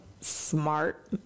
smart